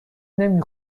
نمی